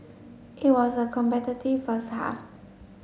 it was a competitive first half